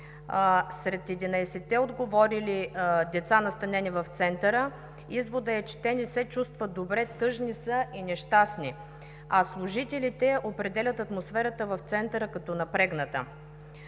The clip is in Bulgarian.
единадесетте отговори деца, настанени в Центъра, изводът е, че те не се чувстват добре, тъжни са и нещастни, а служителите определят атмосферата в Центъра като напрегната.